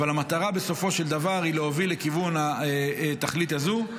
אבל המטרה בסופו של דבר היא להוביל לכיוון התכלית הזו.